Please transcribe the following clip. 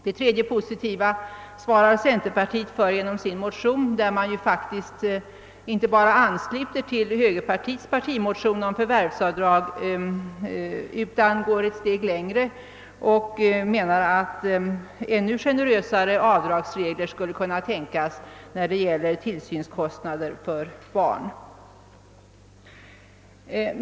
Det tredje positiva svarar centerpartiet för genom sin motion, där man inte bara ansluter sig till högerpartiets partimotion om förvärvsavdrag utan t.o.m. går ett steg längre och menar att ännu generösare avdragsregler skulle kunna tänkas beträffande tillsynskostnader för barn.